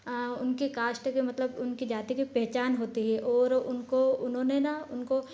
उनकी कास्ट के मतलब उनकी जाति की पहचान होती है और उनको उन्होंने ना उनको